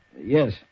Yes